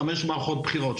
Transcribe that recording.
חמש מערכות בחירות,